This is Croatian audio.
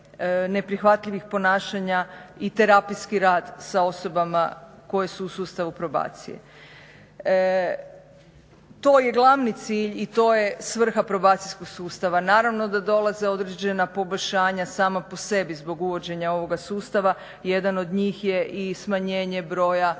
neprihvatljivih ponašanja i terapijski rad sa osobama koje su u sustavu probacije. To je glavni cilj i to je svrha probacijskog sustava. Naravno da dolaze određena poboljšanja sama po sebi zbog uvođenja ovoga sustava. Jedan od njih je i smanjenje broja